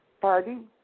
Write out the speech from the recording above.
Pardon